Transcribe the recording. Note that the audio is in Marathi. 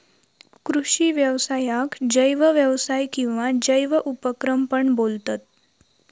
कृषि व्यवसायाक जैव व्यवसाय किंवा जैव उपक्रम पण बोलतत